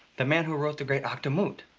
the man who wrote the great akdamut.